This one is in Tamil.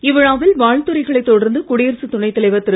இவ்விழாவில் வாழ்த்துரைகளை தொடர்ந்து குடியரசுத் துணைத் தலைவர் திரு